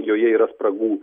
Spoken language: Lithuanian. joje yra spragų